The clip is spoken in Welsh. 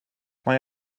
mae